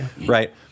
right